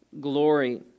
glory